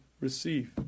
receive